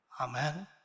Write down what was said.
Amen